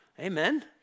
Amen